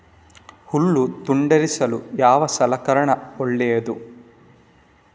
ಹುಲ್ಲು ತುಂಡರಿಸಲು ಯಾವ ಸಲಕರಣ ಒಳ್ಳೆಯದು?